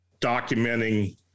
documenting